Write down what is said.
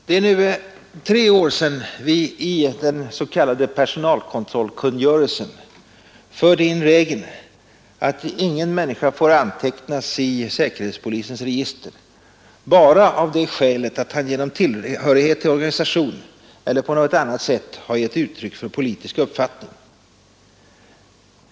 Det är nu tre år sedan vi i den s.k. personalkontrollkungörelsen förde in regeln att ingen människa får antecknas i säkerhetspolisens register bara av det skälet att han genom tillhörighet till organisation eller på något annat sätt har givit uttryck för en politisk uppfattning.